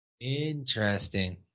interesting